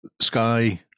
sky